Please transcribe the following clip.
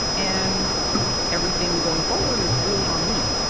and everything going forward is really on me.